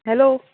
hello